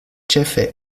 ĉefe